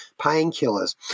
Painkillers